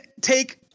take